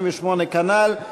55, אנחנו